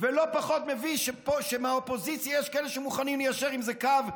ולא פחות מביש שמהאופוזיציה יש כאלה שמוכנים ליישר עם זה קו,